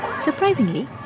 Surprisingly